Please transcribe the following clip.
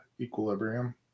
Equilibrium